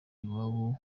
iwabo